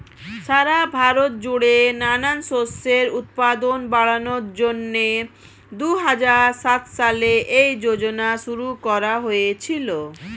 সারা ভারত জুড়ে নানান শস্যের উৎপাদন বাড়ানোর জন্যে দুহাজার সাত সালে এই যোজনা শুরু করা হয়েছিল